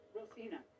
Rosina